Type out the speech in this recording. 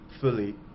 fully